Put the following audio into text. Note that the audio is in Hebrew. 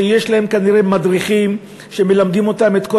שיש להן כנראה מדריכים שמלמדים אותם את כל